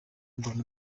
urban